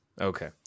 Okay